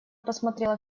просмотрела